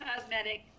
cosmetic